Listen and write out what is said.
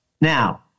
now